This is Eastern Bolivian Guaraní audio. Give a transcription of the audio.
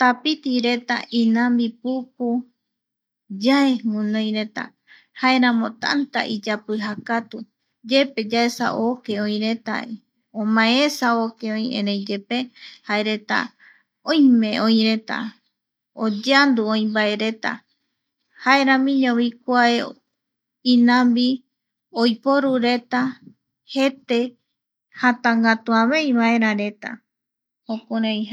Tapitireta iñambi puku yae guinoireta jaeramo tanta iyapija katu, yepe yaesa oke oireta omae esa oke oi reta erei yepe jaereta oime oi reta oyeandu oi mbaereta jaeramiñovi kuae mbae inambi oiporu reta jete jatangatua avei vaerareta jokurai.